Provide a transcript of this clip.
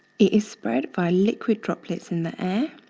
it is spread by liquid droplets in the air